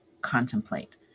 contemplate